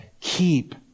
keep